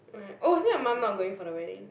oh is it your mum not going for the wedding